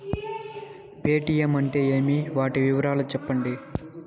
Paytm అంటే ఏమి, వాటి వివరాలు సెప్పండి?